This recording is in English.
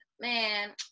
Man